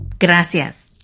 Gracias